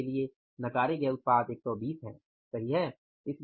इसके लिए नकारे गए उत्पाद 120 हैं सही हैं